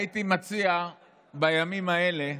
אני הייתי מציע בימים האלה